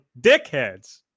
dickheads